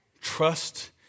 Trust